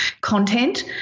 content